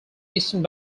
eastern